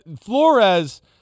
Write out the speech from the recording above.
Flores